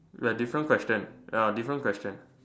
we're different question we're different question